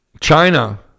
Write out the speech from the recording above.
China